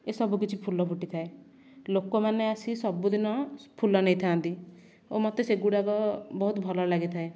ଏସବୁ କିଛି ଫୁଲ ଫୁଟିଥାଏ ଲୋକମାନେ ଆସି ସବୁଦିନ ଫୁଲ ନେଇଥାନ୍ତି ଓ ମୋତେ ସେଗୁଡ଼ାକ ବହୁତ ଭଲ ଲାଗିଥାଏ